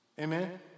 Amen